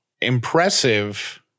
impressive